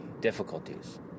difficulties